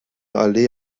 allee